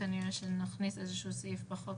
ובוודאי הוא נותן איזושהי תמונת מצב.